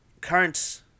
Current